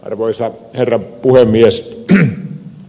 arvoisa herra puhemies p a